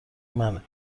منه